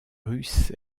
russe